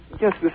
yes